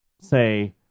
say